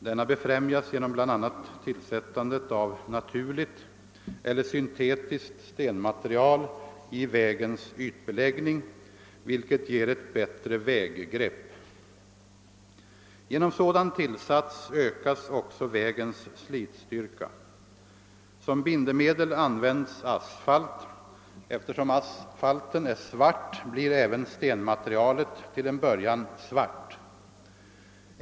Denna befrämjas genom bl.a. tillsättandet av naturligt eller syntetiskt stenmaterial i vägens ytbeläggning, vilket ger ett bättre väggrepp. Genom sådan tillsats ökas också vägens slitstyrka. Som bindemedel används asfalt. Eftersom asfalten är svart blir även stenmaterialet till en början svart.